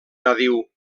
nadiu